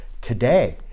today